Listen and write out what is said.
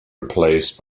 replaced